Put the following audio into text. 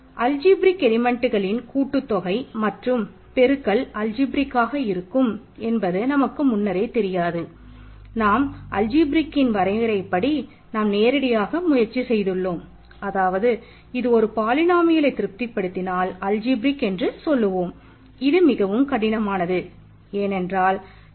algebraic எழுதுவது மிக மிகக் கடினம்